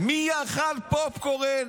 מי אכל פופקורן,